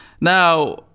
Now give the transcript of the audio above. Now